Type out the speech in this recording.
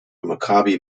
maccabi